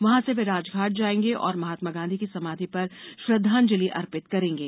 वहां से वे राजघाट जाएंगे और महात्मा गांधी की समाधि पर श्रद्वांजलि अर्पित करेंगे